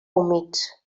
humits